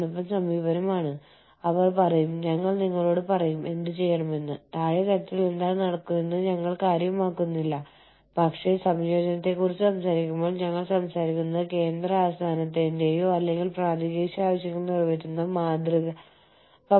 outsourcing അർത്ഥമാക്കുന്നത് നിങ്ങളുടെ രാജ്യത്തിനുള്ളിൽ നിന്ന് നിങ്ങളുടെ ഓർഗനൈസേഷന്റെ പ്രവർത്തനങ്ങൾ വിലകുറഞ്ഞ തൊഴിലാളികൾ ലഭിക്കുന്ന അല്ലെങ്കിൽ കൂടുതൽ വിദഗ്ധ തൊഴിലാളികൾ അല്ലെങ്കിൽ നിങ്ങൾക്ക് അറിയാവുന്ന മികച്ച സൌകര്യങ്ങൾ എന്നിവ കണ്ടെത്താനാക്കുന്ന മറ്റൊരു സ്ഥലത്തേക്ക് കൊണ്ടുപോകുന്നു